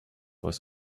was